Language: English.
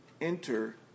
enter